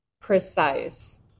precise